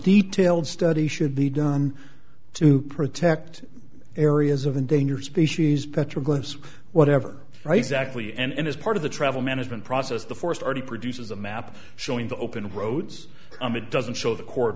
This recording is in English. detailed study should be done to protect areas of endangered species petroglyphs whatever right exactly and as part of the travel management process the forest already produces a map showing the open roads i'm it doesn't show the co